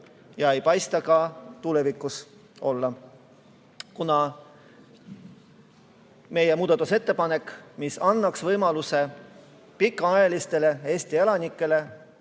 ja ei paista ka tulevikus tekkivat, kuna meie muudatusettepanek, mis annaks võimaluse pikaajalistele Eesti elanikele